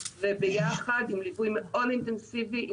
וביחד עם ליווי מאוד אינטנסיבי,